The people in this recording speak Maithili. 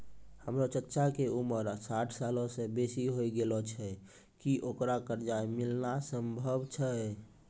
हमरो चच्चा के उमर साठ सालो से बेसी होय गेलो छै, कि ओकरा कर्जा मिलनाय सम्भव छै?